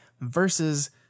versus